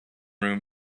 room